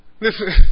Listen